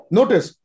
Notice